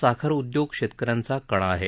साखर उद्योग शेतकऱ्यांचा कणा आहे